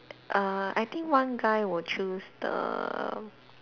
err I think one guy will choose the